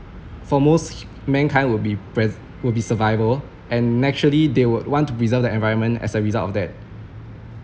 for most h~ mankind will be pre~ survival and naturally they would want to preserve their environment as a result of that